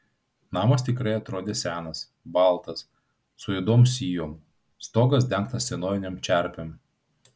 namas tikrai atrodė senas baltas su juodom sijom stogas dengtas senovinėm čerpėm